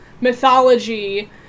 mythology-